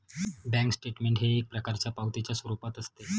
bank statement हे एक प्रकारच्या पावतीच्या स्वरूपात असते